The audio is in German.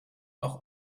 noch